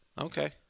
Okay